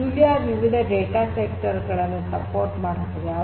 Julia ವಿವಿಧ data structure ಗಳನ್ನು ಬೆಂಬಲಿಸುತ್ತದೆ